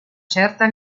certa